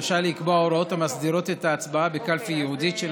רשאי לקבוע הוראות המסדירות את ההצבעה בקלפי ייעודית של